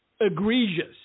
egregious